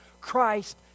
Christ